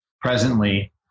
presently